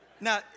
Now